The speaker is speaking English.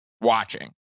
watching